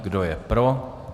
Kdo je pro?